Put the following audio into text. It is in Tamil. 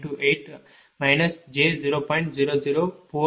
0051928 j0